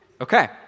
Okay